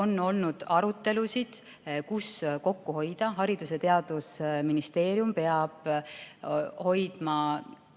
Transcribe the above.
olnud arutelusid, kus kokku hoida. Haridus- ja Teadusministeerium peab alates